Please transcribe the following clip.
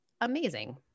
amazing